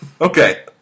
Okay